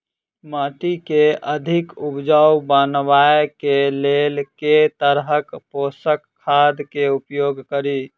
माटि केँ अधिक उपजाउ बनाबय केँ लेल केँ तरहक पोसक खाद केँ उपयोग करि?